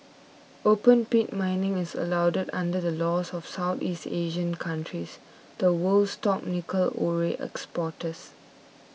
open pit mining is allowed under the laws of the Southeast Asian countries the world's top nickel ore exporters